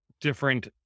different